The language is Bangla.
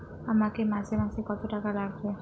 আমাকে মাসে মাসে কত টাকা লাগবে?